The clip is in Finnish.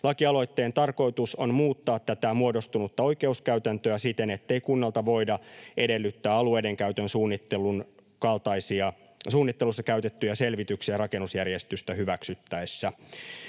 Lakialoitteen tarkoitus on muuttaa tätä muodostunutta oikeuskäytäntöä siten, ettei kunnalta voida edellyttää alueiden käytön suunnittelussa käytettyjä selvityksiä rakennusjärjestystä hyväksyttäessä.